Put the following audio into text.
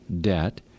debt